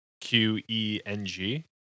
Q-E-N-G